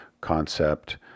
concept